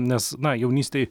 nes na jaunystėj